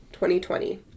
2020